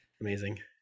Amazing